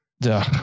duh